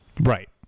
right